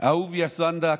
אהוביה סנדק,